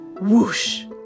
whoosh